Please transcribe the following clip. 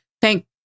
thank